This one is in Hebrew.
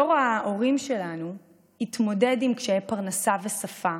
דור ההורים שלנו התמודד עם קשיי פרנסה ושפה,